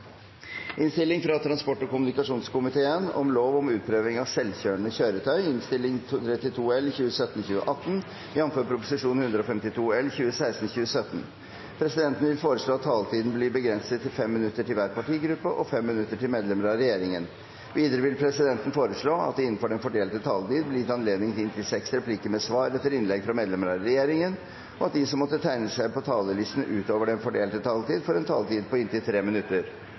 minutter til hver partigruppe og 5 minutter til medlemmer av regjeringen. Videre vil presidenten foreslå at det – innenfor den fordelte taletid – blir gitt anledning til inntil seks replikker med svar etter innlegg fra medlemmer av regjeringen, og at de som måtte tegne seg på talerlisten utover den fordelte taletid, får en taletid på inntil 3 minutter.